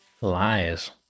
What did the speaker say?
Lies